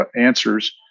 answers